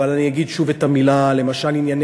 אבל אגיד שוב את המילה, למשל, ענייני